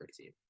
team